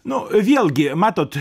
nu vėlgi matot